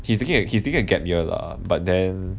he's he's taking a gap year lah but then